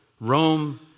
Rome